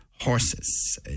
Horses